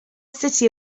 city